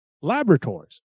laboratories